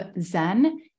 Zen